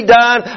done